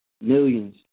millions